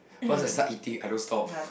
once I start eating I don't stop